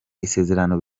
isezerano